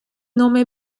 nome